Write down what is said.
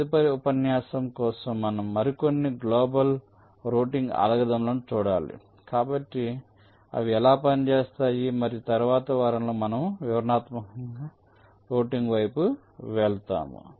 కాబట్టి తదుపరి ఉపన్యాసం కోసం మనం మరికొన్ని గ్లోబల్ రౌటింగ్ అల్గారిథమ్లను చూడాలి కాబట్టి అవి ఎలా పనిచేస్తాయి మరియు తరువాత వారంలో మనము వివరణాత్మక రౌటింగ్ వైపు వెళ్తాము